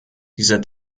dieser